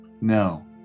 No